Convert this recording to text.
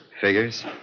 Figures